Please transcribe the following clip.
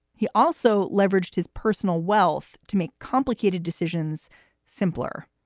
he also leveraged his personal wealth to make complicated decisions simpler.